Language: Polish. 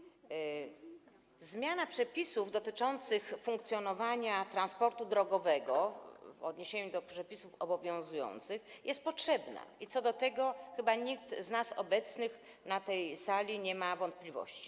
Zmiana przepisów dotyczących funkcjonowania transportu drogowego w porównaniu z przepisami obowiązującymi jest potrzebna i co do tego chyba nikt z nas obecnych na tej sali nie ma wątpliwości.